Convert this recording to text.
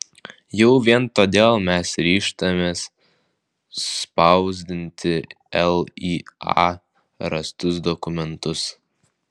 jau vien todėl mes ryžtamės spausdinti lya rastus dokumentus